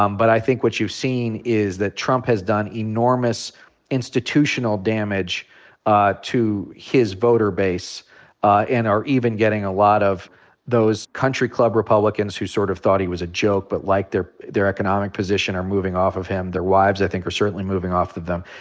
um but i think what you've seen is that trump has done enormous institutional damage ah to his voter base and are even getting a lot of those country club republicans who sort of thought he was a joke but liked their their economic position are moving off of him. their wives, i think, are certainly moving off of him.